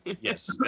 Yes